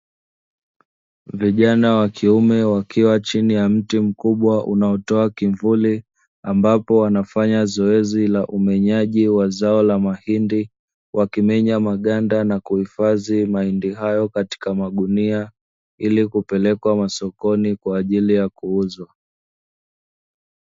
Vijana wa kiume wakiwa chini ya mti mkubwa unaotoa kivuli, ambapo wanafanya zoezi la umenyaji wa zao la mahindi. Wakimenya maganda na kuhifadhi mahindi hayo katika magunia, ili kupelekwa sokoni kwa ajili ya kuuzwa.